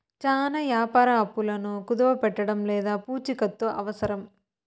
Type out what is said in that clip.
చానా వ్యాపార అప్పులను కుదవపెట్టడం లేదా పూచికత్తు అవసరం